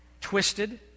twisted